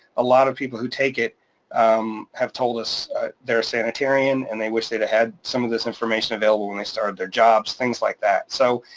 a lot of people who take it have told us they're a sanitarian and they wish they had some of this information available when they started their jobs, things like that. so,